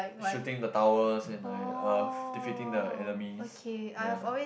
shooting the towers and like uh defeating the enemies ya